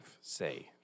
say